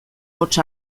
hots